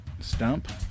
Stump